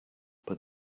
but